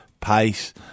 Pace